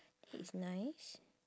that is nice